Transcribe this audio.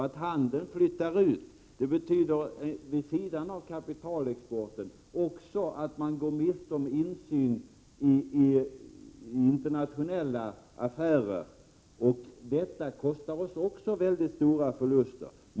Att handeln flyttar ut betyder, vid sidan av kapitalexporten, att man också går miste om möjligheter till insyn i internationella affärer. Detta åsamkar oss också väldigt stora förluster.